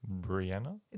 Brianna